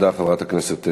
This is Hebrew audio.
תודה, חברת הכנסת מועלם.